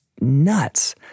nuts